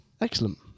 Excellent